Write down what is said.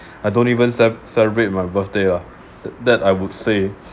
I don't even ce~ celebrate my birthday ah th~ that I would say